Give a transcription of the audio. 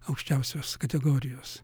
aukščiausios kategorijos